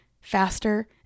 faster